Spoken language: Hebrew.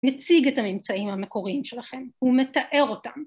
‫מציג את הממצאים המקוריים שלכם ‫ומתאר אותם.